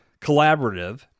collaborative